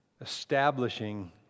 establishing